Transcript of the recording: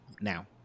now